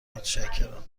متشکرم